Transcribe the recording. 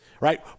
right